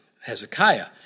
Hezekiah